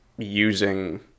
using